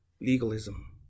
legalism